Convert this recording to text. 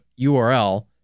URL